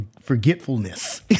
forgetfulness